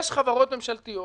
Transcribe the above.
יש חברות ממשלתיות